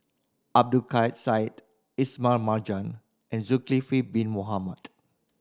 Abdul Kadir Syed Ismail Marjan and Zulkifli Bin Mohamed